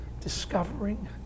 discovering